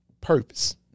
purpose